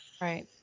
Right